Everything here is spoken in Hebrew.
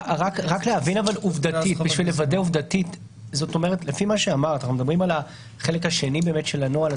רק להבין עובדתית אנחנו מדברים על החלק השני של הנוהל,